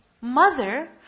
mother